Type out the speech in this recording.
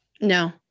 No